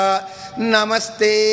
Namaste